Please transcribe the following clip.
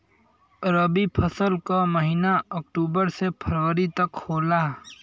रवी फसल क महिना अक्टूबर से फरवरी तक होला